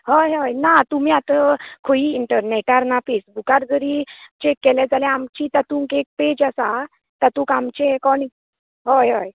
होय होय ना तुमी आतां खंयीय इंटरनेटार ना फेसबूकार जरी चेक केलें जाल्यार आमची तातूंत एक पेज आसा तातूंत आमचें अकांवट होय होय